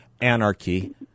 anarchy